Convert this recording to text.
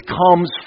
comes